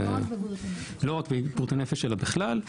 לא רק בבריאות הנפש, אלא בכלל.